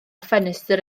ffenestr